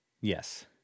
Yes